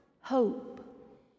hope